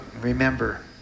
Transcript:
remember